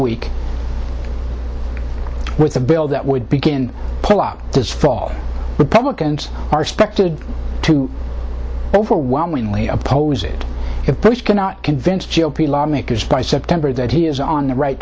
week with a bill that would begin pull up this fall republicans are expected to overwhelmingly oppose it if bush cannot convince g o p lawmakers by september that he is on the right